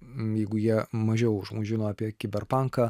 jeigu jie mažiau už mus žino apie kiberpanką